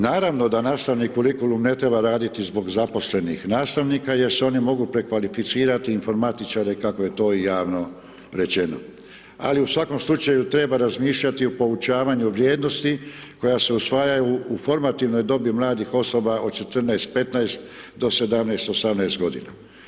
Naravno da nastavni kurikulum ne treba raditi zbog zaposlenih nastavnika jer se oni mogu prekvalificirati informatičare kako je to i javno rečeno, ali u svakom slučaju treba razmišljati o poučavanju vrijednosti koja se usvajaju u formativnoj dobi mladih osoba od 14, 15 do 17, 18 godina.